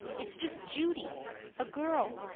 it's just judy a girl.